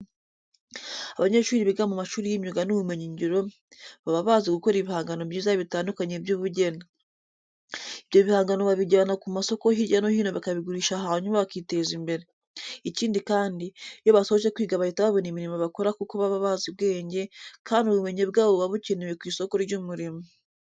Abanyeshuri biga mu mashuri y'imyuga n'ubumenyingiro baba bazi gukora ibihangano byiza bitandukanye by'ubugeni. Ibyo bihangano babijyana ku masoko hirya no hino bakabigurisha hanyuma bakiteza imbere. Ikindi kandi, iyo basoje kwiga bahita babona imirimo bakora kuko baba bazi ubwenge kandi ubumenyi bwabo buba bukenewe ku isoko ry'umurimo.